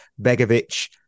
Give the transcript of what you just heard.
Begovic